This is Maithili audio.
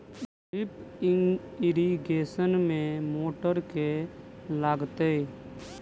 ड्रिप इरिगेशन मे मोटर केँ लागतै?